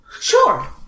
Sure